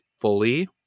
fully